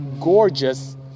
gorgeous